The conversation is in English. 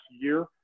year